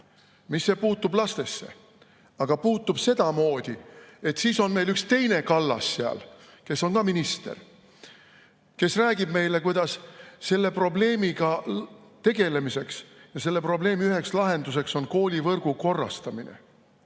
Mis see puutub lastesse? Aga puutub sedamoodi, et meil on veel üks teine Kallas, kes on ka minister, kes räägib meile, kuidas selle probleemiga tegelemisel on üks lahendus koolivõrgu korrastamine.